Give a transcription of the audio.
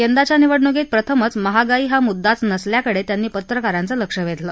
यंदाच्या निवडणुकीत प्रथमच महागाई हा मुद्दाच नसल्याकडे त्यांनी पत्रकाराचं लक्ष वेधलं